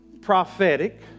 prophetic